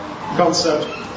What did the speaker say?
concept